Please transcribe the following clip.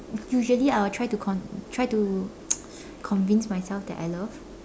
usually I will try to con~ try to convince myself that I love